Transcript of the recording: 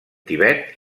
tibet